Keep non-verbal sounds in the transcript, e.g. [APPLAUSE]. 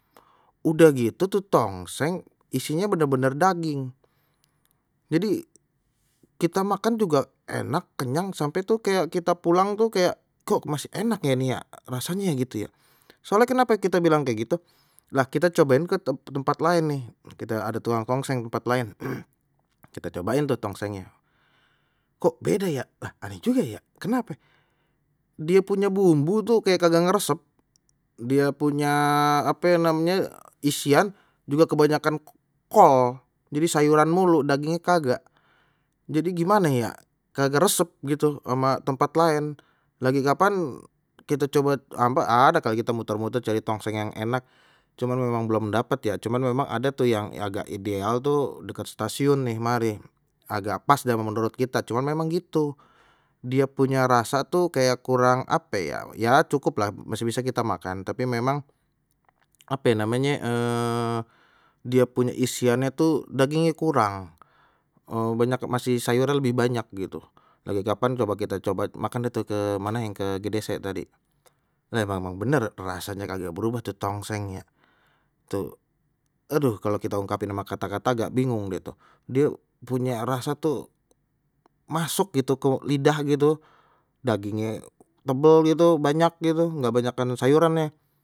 Udah gitu tuh tongseng isinye benar benar daging, jadi kita makan juga enak kenyang sampai tuh kayak kita pulang tuh kayak kok masih enak ya ini ya rasanya gitu ya. Soalnya kenape kita bilang kayak gitu nah kita cobain ke tempat laen nih, kita ada tukang tongseng tempat lain [NOISE] kita cobain tu tongsengnya kok beda ya nah aneh juga ya kenape, dia punya bumbu tuh kayak kagak ngeresep dia punya ape namenye isian juga kebanyakan kol jadi sayuran mulu dagingnye kagak, jadi gimana ya kagak resep gitu ama tempat lain lagi kapan kita coba apa ada kali kita muter muter cari tongseng yang enak cuman memang belum dapat ya cuman memang ada tuh yang agak ideal tuh dekat stasiun nih kemari, agak pas dia mau menurut kita cuman memang gitu dia punya rasa tuh kayak kurang apa ya ya cukuplah masih bisa kita makan tapi memang ape ye namenye [HESITATION] dia punya isiannya tuh dagingnye kurang [HESITATION] banyak masih sayuran lebih banyak gitu lagi kapan coba kita coba makan itu ke mana yang ke gdc tadi, lha memang benar rasanya kagak berubah tuh tongseng ya, tuh aduh kalau kita ungkapin sama kata kata gak bingung deh tu dia punya rasa tuh masuk gitu ke lidah gitu dagingnya tebel gitu banyak gitu nggak banyakan sayurannye.